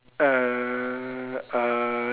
err